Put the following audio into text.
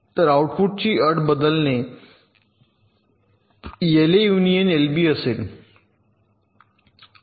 तर आउटपुटची अट बदलणे एलए युनियन एलबी असेल